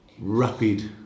Rapid